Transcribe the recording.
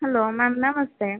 hello ma'am ನಮಸ್ತೆ